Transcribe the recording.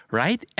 right